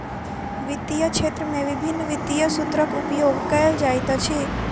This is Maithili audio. वित्तीय क्षेत्र में विभिन्न वित्तीय सूत्रक उपयोग कयल जाइत अछि